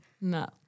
no